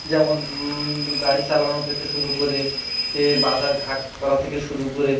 যেমন গাড়ি চালানো থেকে থেকে শুরু করে এ বাজার ঘাট করা থেকে শুরু করে